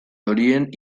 horien